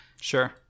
Sure